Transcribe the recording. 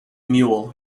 mule